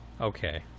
Okay